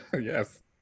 Yes